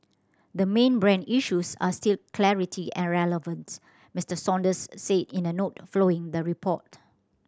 the main brand issues are still clarity and relevant Mister Saunders said in a note following the report